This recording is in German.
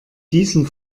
diesem